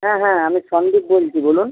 হ্যাঁ হ্যাঁ আমি সন্দীপ বলছি বলুন